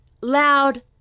Loud